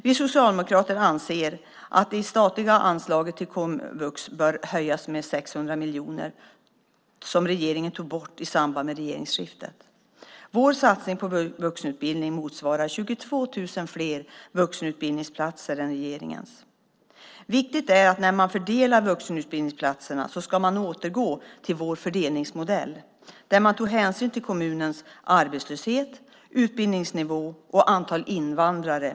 Vi socialdemokrater anser att det statliga anslaget till komvux bör höjas med de 600 miljoner som regeringen tog bort i samband med regeringsskiftet. Vår satsning på vuxenutbildning motsvarar 22 000 fler vuxenutbildningsplatser än regeringens. Viktigt är att man när man fördelar vuxenutbildningsplatserna återgår till vår fördelningsmodell där man vid fördelningen tog hänsyn till kommunens arbetslöshet, utbildningsnivå och antal invandrare.